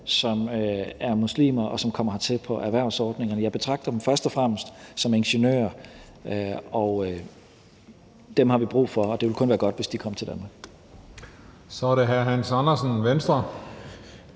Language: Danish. som er muslimer, og som kommer hertil på erhvervsordninger. Jeg betragter dem først og fremmest som ingeniører, og dem har vi brug for, så det vil kun være godt, hvis de kommer til Danmark. Kl. 13:19 Den fg.